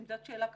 זאת שאלה קשה.